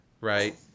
Right